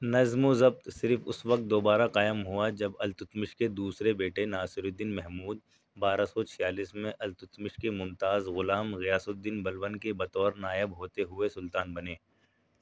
نظم و ضبط صرف اس وقت دوبارہ قائم ہوا جب التتمش کے دوسرے بیٹے ناصرالدین محمود بارہ سو چھیالیس میں التتمش کے ممتاز غلام غیاث الدین بلبن کے بطور نائب ہوتے ہوئے سلطان بنے